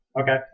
Okay